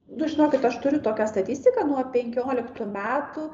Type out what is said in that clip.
nu žinokit aš turiu tokią statistiką nuo penkioliktų metų